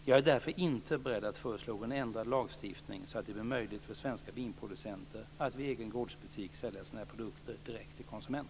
Jag är därför inte beredd att föreslå någon ändrad lagstiftning så att det blir möjligt för svenska vinproducenter att vid egen gårdsbutik sälja sina produkter direkt till konsument.